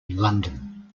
london